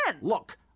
Look